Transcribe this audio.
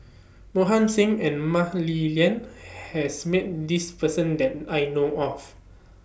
Mohan Singh and Mah Li Lian has Met This Person that I know of